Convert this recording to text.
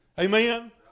Amen